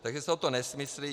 Takže jsou to nesmysly.